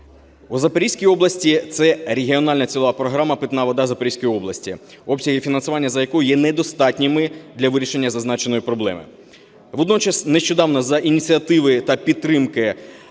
У Запорізькій області це регіональна цільова програма "Питна вода Запорізької області", обсяги фінансування якої є недостатніми для вирішення зазначеної проблеми. Водночас нещодавно за ініціативи та підтримки